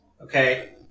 okay